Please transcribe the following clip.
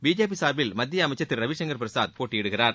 BJP சார்பில் மத்திய அமைச்சர் திரு ரவிசங்கர் பிரசாத் போட்டியிடுகிறார்